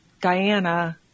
Diana